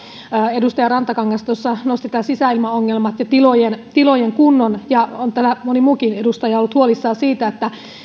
edustaja rantakangas nosti nämä sisäilmaongelmat ja tilojen tilojen kunnon ja on täällä moni muukin edustaja ollut huolissaan siitä